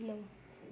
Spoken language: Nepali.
नौ